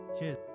Cheers